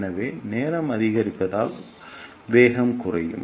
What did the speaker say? எனவே நேரம் அதிகரித்ததால் வேகம் குறையும்